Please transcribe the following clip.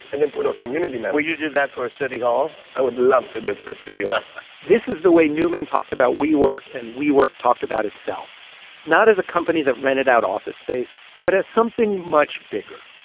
and then put our community. will you do that for a city hall? i would love to do it for a city hall this is the way neumann talked about wework and wework talked about itself not as a company that rented out office space but as something much bigger.